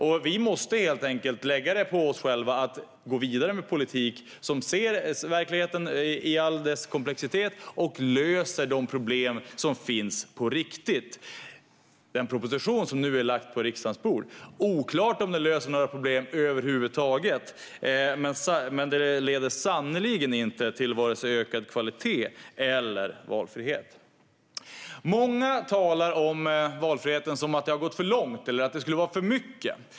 Vi måste helt enkelt lägga det på oss själva att gå vidare med politik som ser verkligheten i all dess komplexitet och löser de problem som finns på riktigt. När det gäller den proposition som nu lagts på riksdagens bord är det oklart om den löser några problem över huvud taget. Den leder sannerligen inte till vare sig ökad kvalitet eller valfrihet. Många talar om valfriheten som att det har gått för långt eller att det skulle vara för mycket.